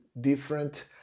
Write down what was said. different